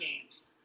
games